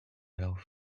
health